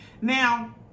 now